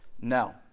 No